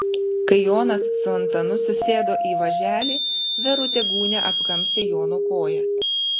kai jonas su antanu susėdo į važelį verutė gūnia apkamšė jono kojas